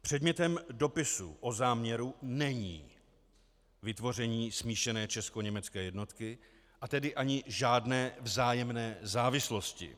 Předmětem dopisu o záměru není vytvoření smíšené českoněmecké jednotky, a tedy ani žádné vzájemné závislosti.